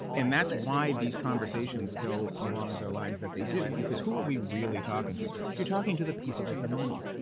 and that's why these conversations go along their lines that they do. because who are we really talking to? you're talking to the people with the money.